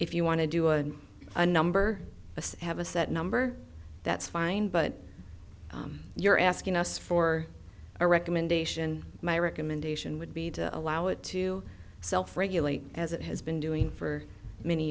if you want to do and a number of us have a set number that's fine but you're asking us for a recommendation my recommendation would be to allow it to self regulate as it has been doing for many